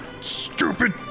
stupid